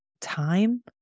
time